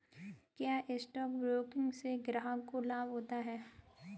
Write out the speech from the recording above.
क्या stock broking से ग्राहक को लाभ होता है?